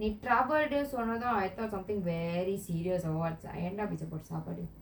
நீ:nee trouble day சொன்னதும்:sonnathum I thought something very serious or what sia I end up is about sappadu